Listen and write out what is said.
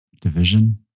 division